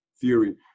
theory